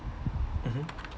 mmhmm